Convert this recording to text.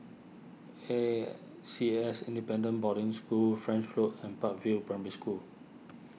A C S Independent Boarding School French Road and Park View Primary School